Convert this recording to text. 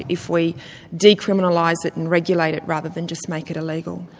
if we decriminalise it and regulate it rather than just make it illegal.